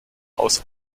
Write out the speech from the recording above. aus